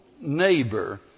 neighbor